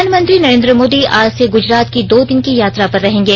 प्रधानमंत्री नरेन्द्र मोदी आज से गुजरात की दो दिन की यात्रा पर रहेंगे